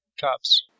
cups